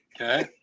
Okay